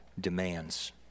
demands